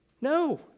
No